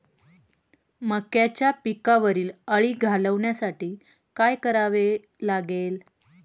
मक्याच्या पिकावरील अळी घालवण्यासाठी काय करावे लागेल?